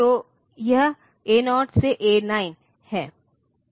तो यह ए 0 से ए 9 है